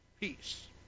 Peace